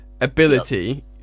ability